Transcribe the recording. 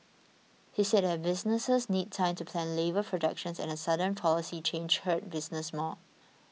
he said that businesses need time to plan labour projections and a sudden policy change hurt businesses more